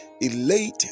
elated